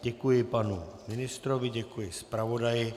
Děkuji panu ministrovi, děkuji zpravodaji.